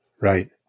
Right